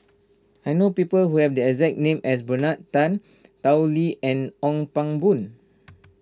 I know people who have the exact name as Bernard Tan Tao Li and Ong Pang Boon